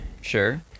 Sure